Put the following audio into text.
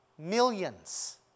Millions